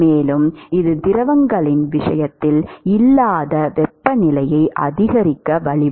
மேலும் இது திரவங்களின் விஷயத்தில் இல்லாத வெப்பநிலையை அதிகரிக்க வழிவகுக்கும்